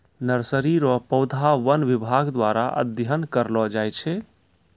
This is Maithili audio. नर्सरी रो पौधा वन विभाग द्वारा अध्ययन करलो जाय छै